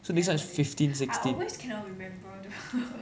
so this one is fifteen sixteen